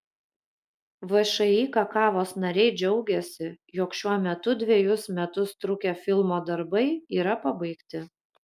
všį kakavos nariai džiaugiasi jog šiuo metu dvejus metus trukę filmo darbai yra pabaigti